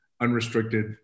unrestricted